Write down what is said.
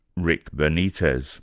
rick benitez